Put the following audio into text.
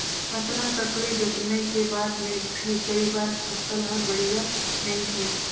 अतना सकलई जतनई के बाद मे भी कई बार फसल हर बड़िया नइ होए